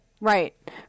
Right